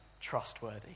trustworthy